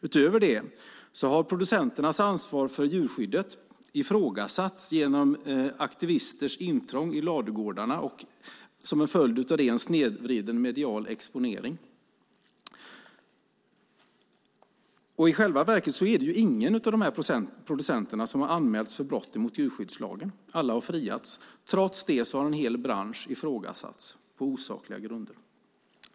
Utöver det har producenternas ansvar för djurskyddet ifrågasatts genom aktivisters intrång i ladugårdar och som en följd av det en snedvriden medial exponering. I själva verket har ingen av dessa producenter anmälts för brott mot djurskyddslagen. Alla har friats. Men trots det har en hel bransch ifrågasatts på osakliga grunder.